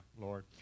Lord